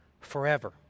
forever